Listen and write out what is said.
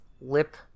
lip